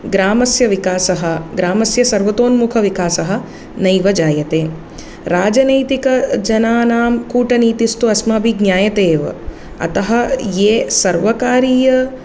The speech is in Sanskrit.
ग्रामस्य विकासः ग्रामस्य सर्वतोन्मुखविकासः नैव जायते राजनैतिकजनानां कूटनीतिस्तु अस्माभिः ज्ञायते एव अतः ये सर्वकारीय